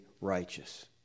righteous